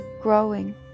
growing